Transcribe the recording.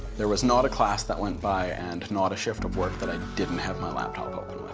there was not a class that went by and not a shift of work that i didn't have my laptop open.